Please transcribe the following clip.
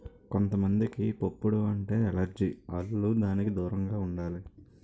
కొంత మందికి పుప్పొడి అంటే ఎలెర్జి ఆల్లు దానికి దూరంగా ఉండాలి